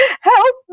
help